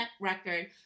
record